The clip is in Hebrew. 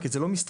כי זה לא מסתכם,